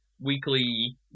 weekly